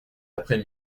après